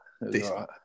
Right